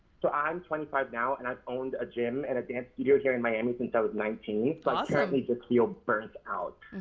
so i'm twenty five now and i've owned a gym and a dance studio here in miami since i was nineteen. awesome. but currently just feel burnt out.